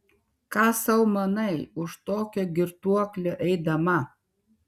ką sau manai už tokio girtuoklio eidama